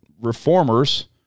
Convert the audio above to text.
reformers